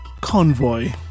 convoy